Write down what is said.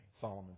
Solomon